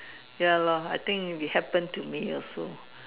ya lor I think it happened to me also